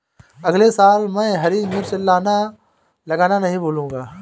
अगले साल मैं हरी मिर्च लगाना नही भूलूंगा